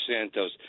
Santos